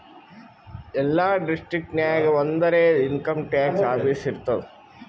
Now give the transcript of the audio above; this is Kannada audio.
ಎಲ್ಲಾ ಡಿಸ್ಟ್ರಿಕ್ಟ್ ನಾಗ್ ಒಂದರೆ ಇನ್ಕಮ್ ಟ್ಯಾಕ್ಸ್ ಆಫೀಸ್ ಇರ್ತುದ್